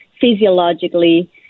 Physiologically